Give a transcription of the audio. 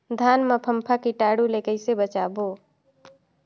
धान मां फम्फा कीटाणु ले कइसे बचाबो?